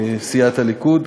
סיעת הליכוד,